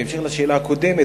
בהמשך לשאלה הקודמת,